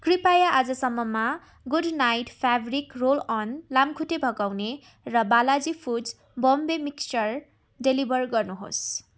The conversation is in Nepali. कृपया आजसम्ममा गुड नाइट फ्याब्रिक रोलअन लाम्खुट्टे भगाउने र Balaji foods Bombay mixture deliver गर्नुहोस्